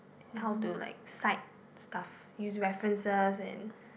how to like site stuff use references and